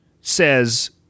says